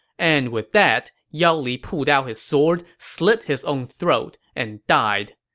and with that, yao li pulled out his sword, slit his own throat, and died.